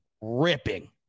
ripping